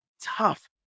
tough